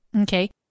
Okay